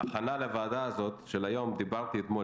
בהכנה לוועדה הזאת של היום דיברתי אתמול